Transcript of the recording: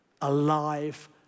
alive